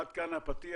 עד כאן הפתיח,